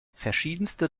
verschiedenste